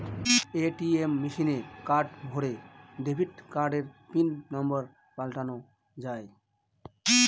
ATM মেশিনে card ভোরে debit কার্ডের পিন নম্বর পাল্টানো যায়